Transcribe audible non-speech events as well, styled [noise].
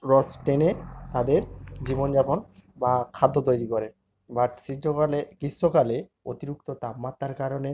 রস টেনে তাদের জীবনযাপন বা খাদ্য তৈরি করে বাট [unintelligible] গ্রীষ্মকালে অতিরিক্ত তাপমাত্রার কারণে